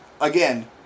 again